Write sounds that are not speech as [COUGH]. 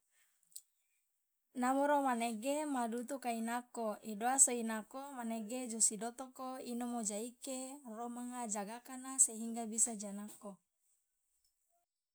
[NOISE] namoro manege ma dutu kai nako idoa so inako manege [NOISE] josi dotoko inomo ja ike romanga jagakana sehingga bisa janako [NOISE]